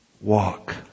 walk